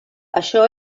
això